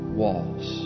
walls